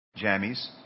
jammies